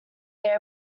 their